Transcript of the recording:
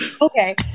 Okay